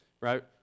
Right